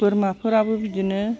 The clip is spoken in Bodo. बोरमाफोराबो बिदिनो